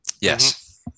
Yes